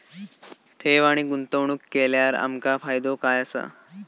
ठेव आणि गुंतवणूक केल्यार आमका फायदो काय आसा?